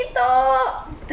对哦